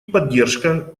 поддержка